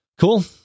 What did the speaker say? cool